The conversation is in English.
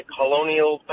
colonial